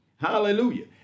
Hallelujah